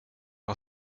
har